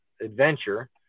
adventure